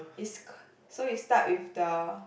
is so you start with the